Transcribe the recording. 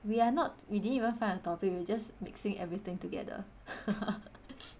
we're not we didn't even find a topic we're just mixing everything together